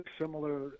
similar